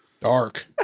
Dark